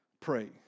pray